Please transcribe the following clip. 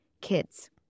kids